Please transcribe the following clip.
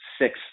six